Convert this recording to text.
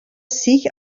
sich